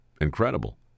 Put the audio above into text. incredible